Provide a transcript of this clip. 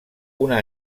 una